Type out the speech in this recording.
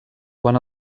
quan